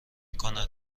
کند